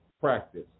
practice